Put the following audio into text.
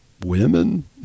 women